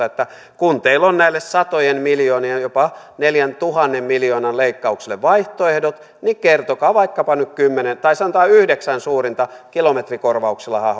että kun teillä on näille satojen miljoonien jopa neljäntuhannen miljoonan leikkauksille vaihtoehdot niin kertokaa vaikkapa nyt kymmenen tai sanotaan yhdeksän suurinta kilometrikorvauksillahan